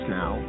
now